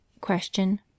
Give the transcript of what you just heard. Question